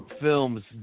Films